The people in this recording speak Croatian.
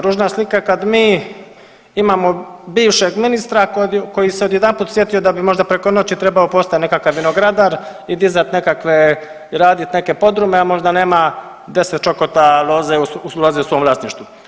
Ružna slika kad mi imamo bivšeg ministra koji se odjedanput sjetio da bi možda preko noći trebao postati nekakav vinogradar i dizati nekakve, radit neke podrume, a možda nema 10 čokota loze u svom vlasništvu.